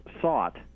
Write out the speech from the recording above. sought